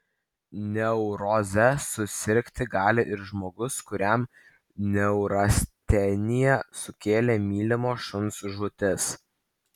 neuroze susirgti gali ir žmogus kuriam neurasteniją sukėlė mylimo šuns žūtis